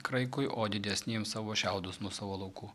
kraikui o didesniems savo šiaudus nuo savo laukų